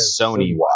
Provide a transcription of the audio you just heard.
Sony